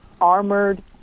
armored